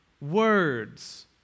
Words